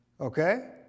Okay